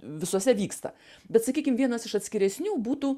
visose vyksta bet sakykim vienas iš atskiresnių būtų